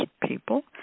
people